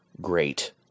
great